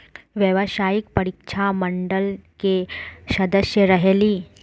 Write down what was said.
व्यावसायिक परीक्षा मंडल के सदस्य रहे ली?